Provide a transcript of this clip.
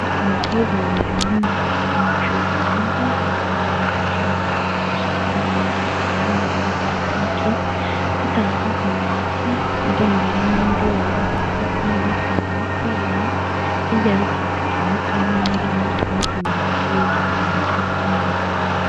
Abakobwa babiri bari mu iduka rimwe ricuruza imyenda b'inzobe ndetse umwa akaba asutse ibisuko birimo amabara ya move n'irya pinki, ufite agakapu mu ntoki, uri imbere y'undi wambaye agapira k'umweru n'ipantaro y'ikoboyi, hirya hari utubati tumanitsemo imyenda n'uduporotomanto turiho udutambaro two mu mutwe.